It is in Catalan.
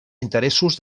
interessos